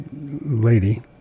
lady